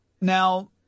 Now